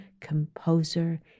composer